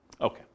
Okay